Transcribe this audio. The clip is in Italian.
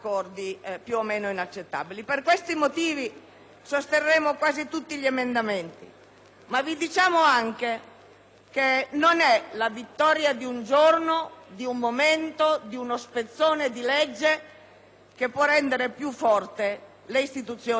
che non è la vittoria di un giorno, di un momento, di uno spezzone di legge che può rendere più forti le istituzioni del nostro Paese. Al contrario!